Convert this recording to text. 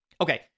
Okay